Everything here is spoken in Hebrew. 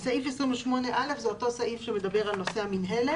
סעיף 28(א) זה אותו סעיף שמדבר על נושא המינהלת,